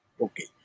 Okay